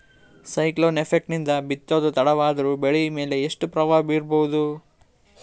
Cyclone effect ನಿಂದ ಬಿತ್ತೋದು ತಡವಾದರೂ ಬೆಳಿ ಮೇಲೆ ಏನು ಪ್ರಭಾವ ಬೀರಬಹುದು?